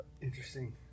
Interesting